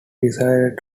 decides